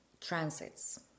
transits